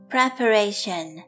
Preparation